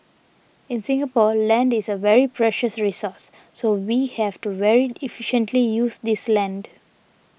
in Singapore land is a very precious resource so we have to very efficiently use this land